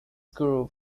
group